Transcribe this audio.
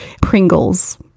Pringles